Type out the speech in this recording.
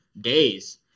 days